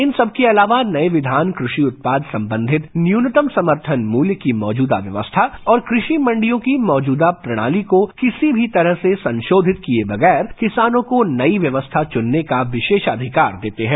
इन सब के अलावा नये विधान कृषि उत्पाद संबंधित न्यूनतम समर्थन मुल्य की मौजुदा व्यवस्था और कृषि मंडियों की मौजुदा प्रणाली को किसी भी तरह से संशोधित किये बगैर किसानों को नई व्यवस्था चुनने का विशेष अधिकार देते हैं